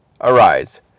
Arise